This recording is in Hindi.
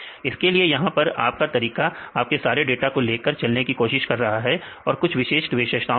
इसलिए यहां पर आप का तरीका आपके सारे डाटा को लेकर चलने की कोशिश कर रहा है और कुछ विशिष्ट विशेषताओं के साथ